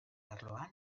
arloan